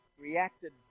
reacted